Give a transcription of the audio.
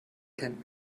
kennt